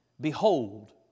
behold